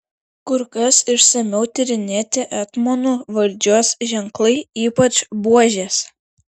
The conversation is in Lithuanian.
kur kas išsamiau tyrinėti etmonų valdžios ženklai ypač buožės